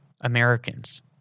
Americans